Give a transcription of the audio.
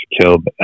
Killed